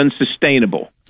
unsustainable